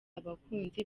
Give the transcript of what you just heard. abakunzi